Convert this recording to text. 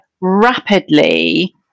rapidly